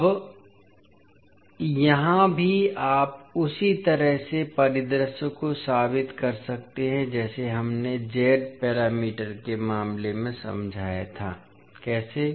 अब यहां भी आप उसी तरह से परिदृश्य को साबित कर सकते हैं जैसे हमने z पैरामीटर के मामले में समझाया था कैसे